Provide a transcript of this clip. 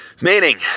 Meaning